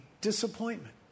disappointment